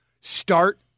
start